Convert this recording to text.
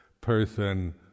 person